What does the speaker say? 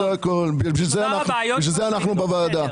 לשם כך אנחנו כאן.